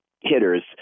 Hitters